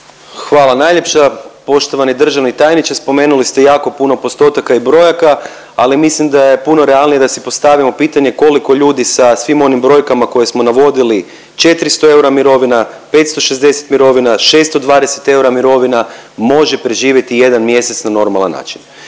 Hvala najljepša. Poštovani državni tajniče spomenuli ste jako puno postotaka i brojaka, ali mislim da je puno realnije da si postavimo pitanje koliko ljudi sa svim onim brojkama koje smo navodili 400 eura mirovina, 560 mirovina, 620 eura mirovina može preživjeti jedan mjesec na normalan način.